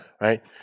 Right